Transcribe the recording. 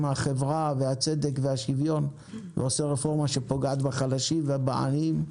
החברה והצדק והשוויון ועשה רפורמה שפוגעת בחלשים ובעניים?